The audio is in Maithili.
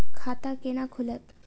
खाता केना खुलत?